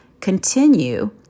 continue